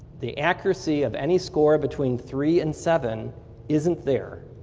the accuracy of any score between three and seven isn't there,